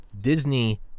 Disney